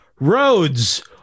Roads